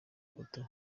foto